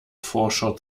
forscher